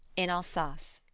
in alsace